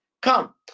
come